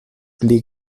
pli